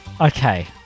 Okay